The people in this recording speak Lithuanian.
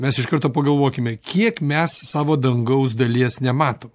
mes iš karto pagalvokime kiek mes savo dangaus dalies nematom